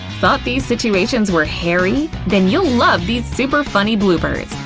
thought these situations were hairy? then you'll love these super funny bloopers!